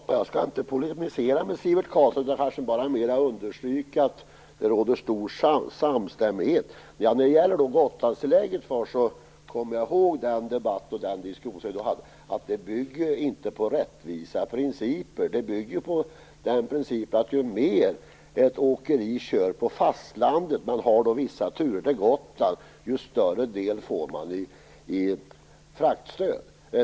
Fru talman! Jag skall inte polemisera med Sivert Carlsson, utan snarare bara understryka att det råder stor samstämmighet. Jag kommer ihåg debatten och diskussionen vi förde om Gotlandstillägget. Tillägget bygger inte på rättvisa principer, utan på principen att ju mer ett åkeri kör på fastlandet - och kör vissa turer till Gotland - desto större del får det i fraktstöd.